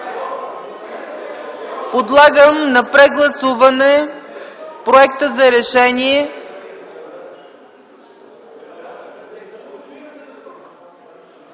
Подлагам на прегласуване проекта за решение.